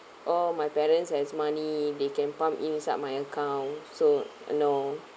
oh my parents has money they can pump inside my account so uh no